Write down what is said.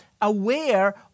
aware